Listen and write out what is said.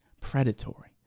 predatory